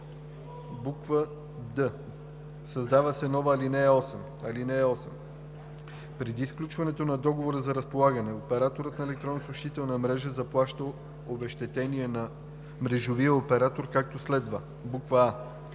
5.“ д) създава се нова ал. 8: „(8) Преди сключването на договора за разполагане, операторът на електронна съобщителна мрежа заплаща обезщетение на мрежовия оператор както следва: а)